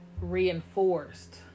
Reinforced